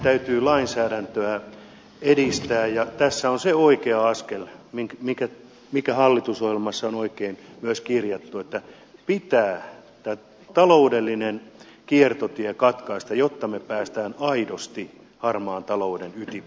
täytyy lainsäädäntöä edistää ja tässä on se oikea askel mikä myös hallitusohjelmaan on oikein kirjattu että pitää taloudellinen kiertotie katkaista jotta me pääsemme aidosti harmaan talouden ytimeen